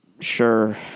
Sure